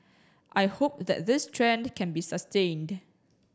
I hope that this trend can be sustained